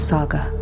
Saga